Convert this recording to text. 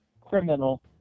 criminal